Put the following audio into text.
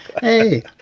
hey